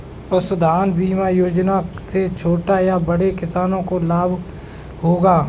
पशुधन बीमा योजना से छोटे या बड़े किसानों को क्या लाभ होगा?